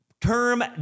term